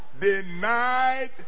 denied